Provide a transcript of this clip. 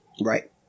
Right